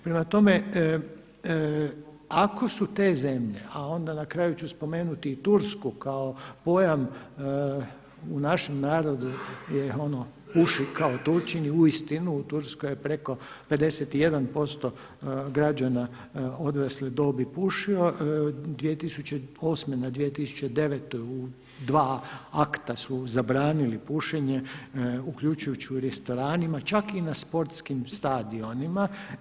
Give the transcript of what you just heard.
Prema tome, ako su te zemlje a onda na kraju ću spomenuti i Tursku kao pojam u našem narodu je ono „Puški kao Turčin.“ U Turskoj je preko 51% građana odrasle dobi pušilo, 2008. na 2009. dva akta su zabranili pušenje uključujući i restoranima, čak i na sportskim stadionima.